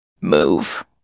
move